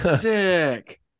sick